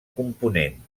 component